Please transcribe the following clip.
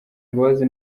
imbabazi